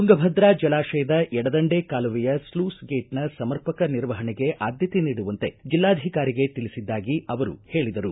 ತುಂಗಭದ್ರಾ ಜಲಾಶಯದ ಎಡದಂಡೆ ಕಾಲುವೆಯ ಸ್ಲೂಸ್ ಗೇಟ್ನ ಸಮರ್ಪಕ ನಿರ್ವಹಣೆಗೆ ಆದ್ಯತೆ ನೀಡುವಂತೆ ಜೆಲ್ಲಾಧಿಕಾರಿಗೆ ತಿಳಿಸಿದ್ದಾಗಿ ಅವರು ಹೇಳಿದರು